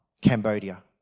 Cambodia